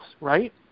right